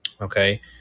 okay